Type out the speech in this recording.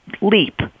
leap